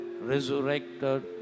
resurrected